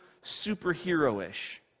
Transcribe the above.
superhero-ish